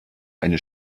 eine